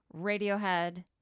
Radiohead